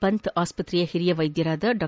ಪಂತ್ ಆಸ್ಪತ್ರೆಯ ಹಿರಿಯ ವೈದ್ಯರಾದ ಡಾ